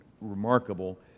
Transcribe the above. remarkable